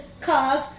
cars